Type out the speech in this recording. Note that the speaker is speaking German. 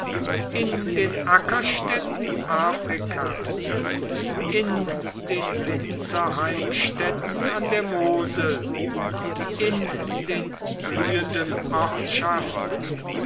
in den ackerstädten afrikas in den winzerheimstätten an der mosel in den blühenden